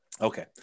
Okay